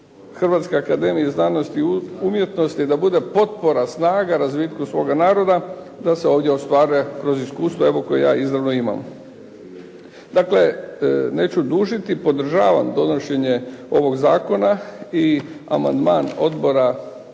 Hrvatske akademije znanosti i umjetnosti da bude potpora, snaga razvitku svoga naroda da se ovdje ostvaruje kroz iskustvo evo koje ja izravno imam. Dakle, neću dužiti. Podržavam donošenje ovog zakona i amandman Odbora